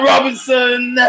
Robinson